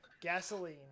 gasoline